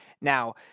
Now